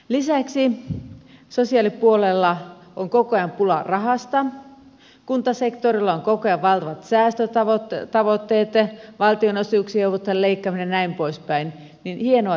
lisäksi sosiaalipuolella on koko ajan pulaa rahasta kuntasektorilla on koko ajan valtavat säästötavoitteet valtionosuuksia joudutaan leikkaamaan ja näin poispäin joten on hienoa että näitä saadaan liikkeelle